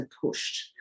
pushed